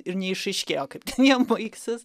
ir neišaiškėjo kaip ten jiem baigsis